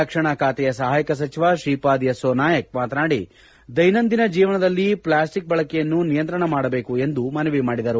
ರಕ್ಷಣಾ ಖಾತೆಯ ಸಹಾಯಕ ಸಚಿವ ತ್ರೀಪಾದ್ ಯಶೋನಾಯಕ್ ಮಾತನಾಡಿ ದ್ಲೆನಂದಿನ ಜೀವನದಲ್ಲಿ ಪ್ಲಾಸ್ಟಿಕ್ ಬಳಕೆಯನ್ನು ನಿಯಂತ್ರಣ ಮಾಡಬೇಕು ಎಂದು ಮನವಿ ಮಾಡಿದರು